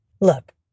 Look